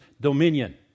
dominion